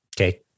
okay